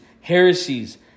heresies